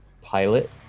pilot